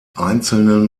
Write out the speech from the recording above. einzelnen